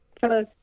Hello